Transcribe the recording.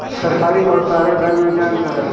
सरकारी और private bank में क्या अंतर है?